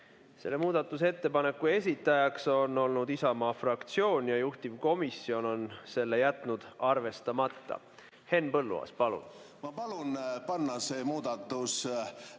Selle muudatusettepaneku esitajaks on olnud Isamaa fraktsioon ja juhtivkomisjon on jätnud selle arvestamata. Henn Põlluaas, palun!